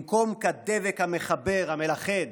במקום כדבק המחבר, המלכד,